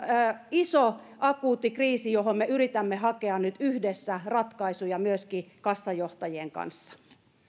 iso akuutti kriisi johon me yritämme hakea nyt yhdessä ratkaisuja myöskin kassojen johtajien kanssa